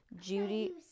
Judy